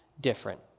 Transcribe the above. different